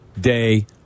day